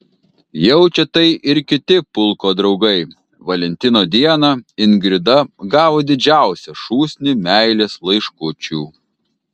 jaučia tai ir kiti pulko draugai valentino dieną ingrida gavo didžiausią šūsnį meilės laiškučių